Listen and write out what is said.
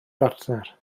bartner